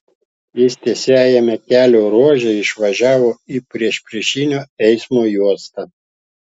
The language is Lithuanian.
jis tiesiajame kelio ruože išvažiavo į priešpriešinio eismo juostą